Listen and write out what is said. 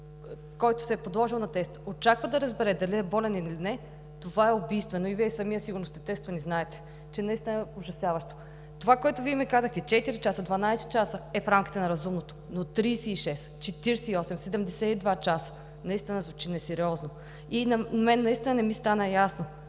който се е подложил на тест, очаква да разбере дали е болен или не, това е убийствено. Вие самият сигурно сте тестван и знаете, че наистина е ужасяващо. Това, което Вие ми казахте – 4 часа, 12 часа, е в рамките на разумното, но 36, 48, 72 часа наистина звучи несериозно. На мен не ми стана ясно